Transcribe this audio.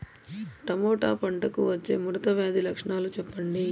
Tomato పంటకు వచ్చే ముడత వ్యాధి లక్షణాలు చెప్పండి?